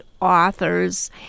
authors